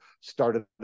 started